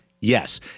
Yes